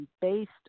based